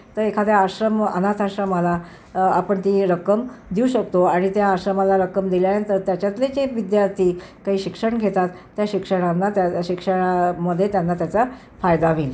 तर एखाद्या आश्रम अनाथ आश्रमाला आपण ती रक्कम देऊ शकतो आणि त्या आश्रमाला रक्कम दिल्यानंतर त्याच्यातले जे विद्यार्थी काही शिक्षण घेतात त्या शिक्षणांना त्या शिक्षणामधे त्यांना त्याचा फायदा होईल